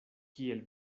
kiel